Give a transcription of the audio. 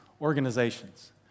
organizations